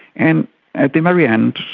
and at the very end,